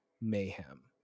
Mayhem